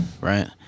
right